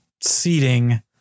seating